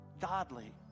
godly